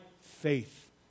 faith